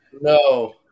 No